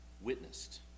witnessed